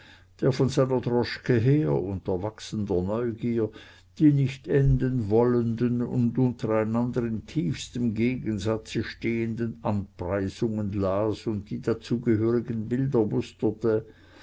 der von seiner droschke her unter wachsender neugier die nicht enden wollenden und untereinander im tiefsten gegensatze stehenden anpreisungen las und die dazugehörigen bilder musterte